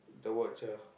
the watch ah